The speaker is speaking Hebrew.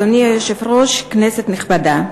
אדוני היושב-ראש, כנסת נכבדה,